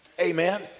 Amen